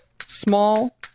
small